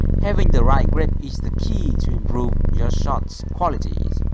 having the right grip is the key to improve your shot's quality.